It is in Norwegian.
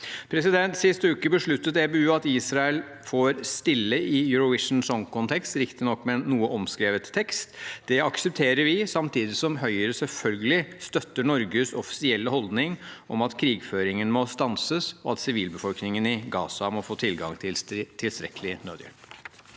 Sist uke besluttet EBU at Israel får stille i Eurovision Song Contest, riktignok med en noe omskrevet tekst. Det aksepterer vi, samtidig som Høyre selvfølgelig støtter Norges offisielle holdning om at krigføringen må stanses, og at sivilbefolkningen i Gaza må få tilgang på tilstrekkelig nødhjelp.